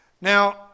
Now